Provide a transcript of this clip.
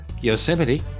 Yosemite